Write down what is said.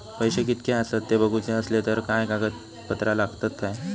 पैशे कीतके आसत ते बघुचे असले तर काय कागद पत्रा लागतात काय?